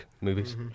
movies